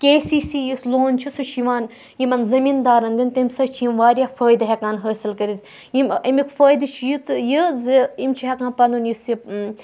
کے C C یُس loan چھُ سُہ چھُ یِوان یِمن زٔمیٖنٛدارَن دِنہٕ تَمہِ سۭتۍ چھِ یِم واریاہ فٲیدٕ ہٮ۪کان حٲصِل کٔرِتھ یِم اَمیُک فٲیدٕ چھُ یہِ تہٕ یہِ زِ یِم چھِ ہٮ۪کان پَنُن یُس یہِ